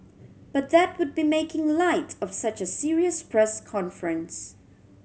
but that would be making light of such a serious press conference